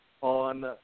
on